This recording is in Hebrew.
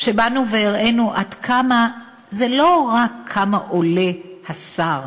באנו והראינו עד כמה, זה לא רק כמה עולה השר